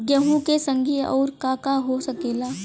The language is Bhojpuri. गेहूँ के संगे आऊर का का हो सकेला?